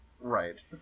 right